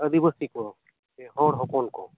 ᱟᱹᱫᱤᱵᱟᱹᱥᱤ ᱠᱚ ᱥᱮ ᱦᱚᱲ ᱦᱚᱯᱚᱱ ᱠᱚ